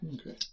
Okay